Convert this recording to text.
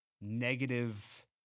negative